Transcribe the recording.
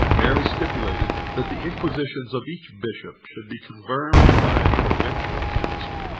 merely stipulated that the inquisitions of each bishop should be confirmed by a provincial council,